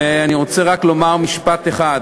ואני רוצה לומר רק משפט אחד: